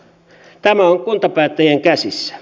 tämä on kuntapäättäjien käsissä